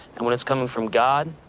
and when it's coming from god,